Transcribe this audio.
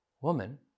woman